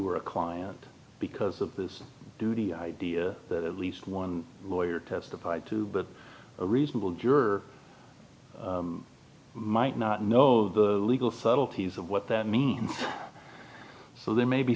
were a client because of this duty idea that at least one lawyer testified to but a reasonable juror might not know the legal subtleties of what that means so there may be